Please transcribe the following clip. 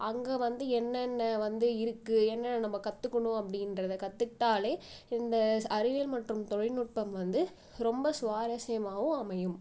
அங்கே வந்து என்னென்ன வந்து இருக்குது என்னென்ன நம்ம கத்துக்கணும் அப்படின்றத கத்துக்கிட்டாலே இந்த ச அறிவியல் மற்றும் தொழில்நுட்பம் வந்து ரொம்ப சுவாரஸ்யமாவும் அமையும்